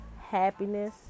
happiness